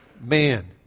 man